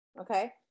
okay